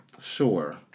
Sure